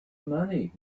money